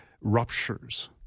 ruptures